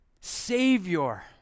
Savior